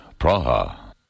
Praha